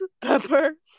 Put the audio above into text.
Pepper